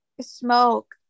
smoke